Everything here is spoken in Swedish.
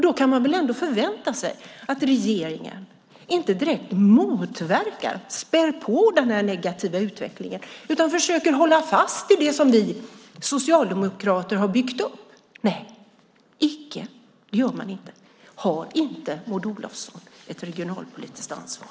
Då kan man väl ändå förvänta sig att regeringen inte direkt medverkar till och spär på den negativa utvecklingen utan försöker hålla fast vid det som vi socialdemokrater har byggt upp. Nej - det gör man icke. Har inte Maud Olofsson ett regionalpolitiskt ansvar?